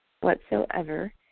whatsoever